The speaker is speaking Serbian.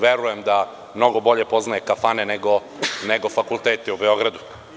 Verujem da mnogo bolje poznaje kafane, nego fakultete u Beogradu.